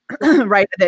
right